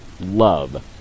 love